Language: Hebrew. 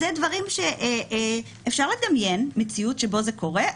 זה דברים שאפשר לדמיין מציאות שבה זה קורה,